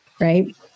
right